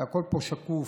והכול פה שקוף,